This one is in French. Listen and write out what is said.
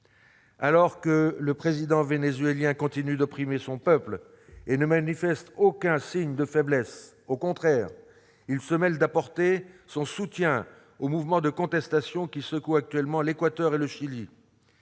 fort. Le président vénézuélien continue d'opprimer son peuple. Il ne manifeste aucun signe de faiblesse : au contraire, il se mêle d'apporter son soutien aux mouvements de contestation qui secouent actuellement l'Équateur et le Chili.